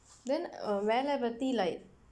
then வேலை பத்தி:veelai paththi like